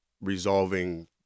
resolving